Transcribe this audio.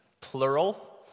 plural